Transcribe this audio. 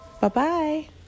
Bye-bye